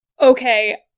okay